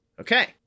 Okay